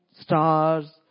Stars